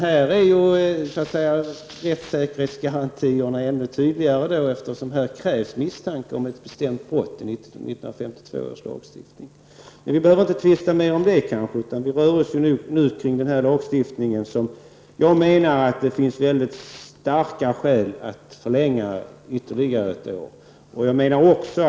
Här är rättssäkerhetsgarantierna tydligare, eftersom här krävs misstanke om ett bestämt brott. Men vi behöver inte tvista mer om det. Jag menar att det finns väldigt starka skäl för att förlänga giltigheten ytterligare ett år.